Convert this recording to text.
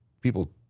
People